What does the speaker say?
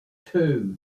two